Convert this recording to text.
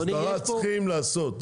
הסדרה צריכים לעשות.